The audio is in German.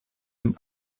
dem